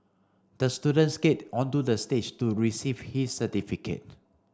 the student skated onto the stage to receive his certificate